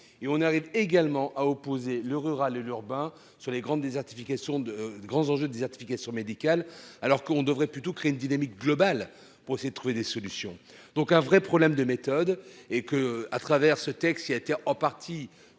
et on arrive également à opposer le rural et l'urbain sur les grandes désertification de grands enjeux désertification médicale, alors qu'on devrait plutôt créer une dynamique globale pour essayer de trouver des solutions, donc un vrai problème de méthode et que à travers ce texte qui a été en partie